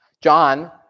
John